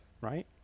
right